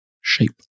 shape